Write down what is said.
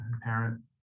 parent